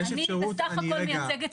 אני בסך הכל מייצגת.